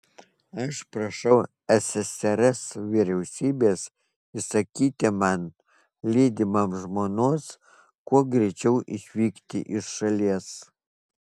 aš prašau ssrs vyriausybės įsakyti man lydimam žmonos kuo greičiau išvykti iš šalies